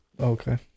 okay